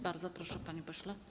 Bardzo proszę, panie pośle.